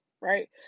right